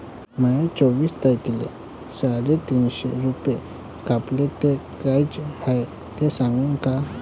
माये चोवीस तारखेले साडेतीनशे रूपे कापले, ते कायचे हाय ते सांगान का?